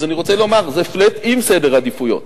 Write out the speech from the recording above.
אז אני רוצה לומר: זהflat עם סדר עדיפויות,